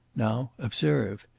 now, observe!